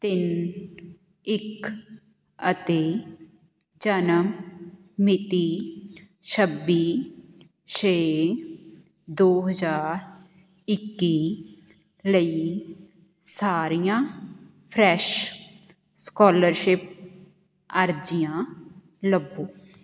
ਤਿੰਨ ਇੱਕ ਅਤੇ ਜਨਮ ਮਿਤੀ ਛੱਬੀ ਛੇ ਦੋ ਹਜ਼ਾਰ ਇੱਕੀ ਲਈ ਸਾਰੀਆਂ ਫਰੈਸ਼ ਸਕੋਲਰਸ਼ਿਪ ਅਰਜ਼ੀਆਂ ਲੱਭੋ